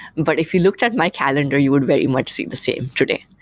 but if you looked at my calendar, you would very much see the same today.